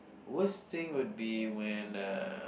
worst thing would be when uh